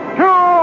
two